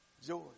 Joy